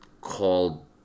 called